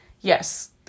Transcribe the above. Yes